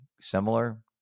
similar